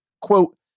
quote